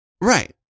right